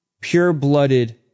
pure-blooded